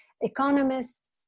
economists